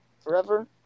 forever